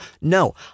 no